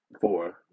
four